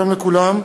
שלום לכולכם,